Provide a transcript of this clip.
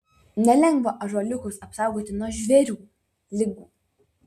nelengva ąžuoliukus apsaugoti nuo žvėrių ligų